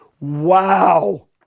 Wow